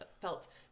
felt